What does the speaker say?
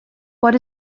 what